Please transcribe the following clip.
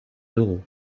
d’euros